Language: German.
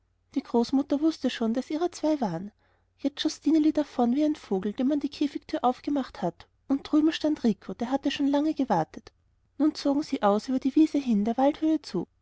die großmutter wußte schon daß ihrer zwei waren jetzt schoß stineli davon wie ein vogel dem man die käfigtür aufgemacht hat und drüben stand rico der hatte lange schon gewartet nun zogen sie aus über die wiese hin der waldhöhe zu